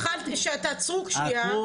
תעצרו שנייה.